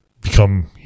become